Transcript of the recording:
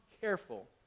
careful